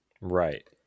Right